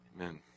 Amen